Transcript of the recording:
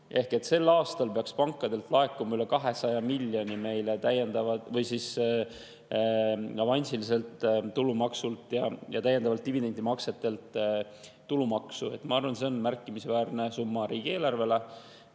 Ehk et sel aastal peaks pankadelt laekuma üle 200 miljoni euro avansiliselt tulumaksult ja täiendavalt dividendimaksetelt tulumaksu. Ma arvan, et see on märkimisväärne summa riigieelarves.